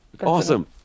Awesome